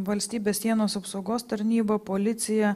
valstybės sienos apsaugos tarnyba policija